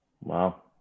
Wow